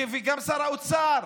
וגם שר האוצר,